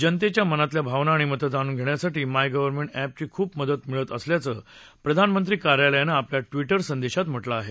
जनतेच्या मनातल्या भावना आणि मतं जाणू घेण्यासाठी माय गव्ह एपची खूप मदत मिळत असल्याचं प्रधानमंत्री कार्यालयानं आपल्या ट्विटर संदेशात म्हटलं आहे